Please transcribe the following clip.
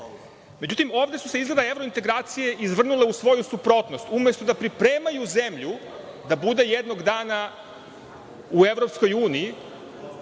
tome.Međutim, ovde su se izgleda evrointegracije izvrnule u svoju suprotnost. Umesto da pripremaju zemlju da bude jednog dana u